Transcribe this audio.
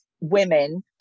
women